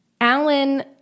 Alan